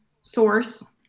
source